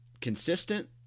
consistent